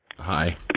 Hi